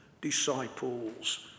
disciples